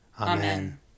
Amen